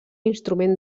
instrument